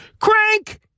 Crank